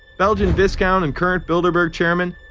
belgian viscount and current bilderberg chairman,